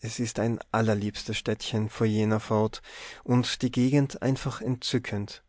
es ist ein allerliebstes städtchen fuhr jener fort und die gegend einfach entzückend